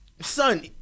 son